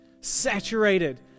saturated